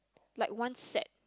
like one set